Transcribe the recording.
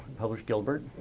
published gilbert.